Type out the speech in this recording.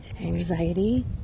Anxiety